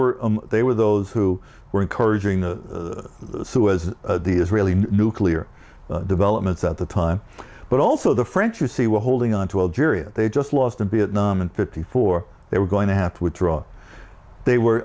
were they were those who were encouraging the suez the israeli nuclear developments at the time but also the french you see were holding on to a jury and they just lost in vietnam and fifty four they were going to have to withdraw they were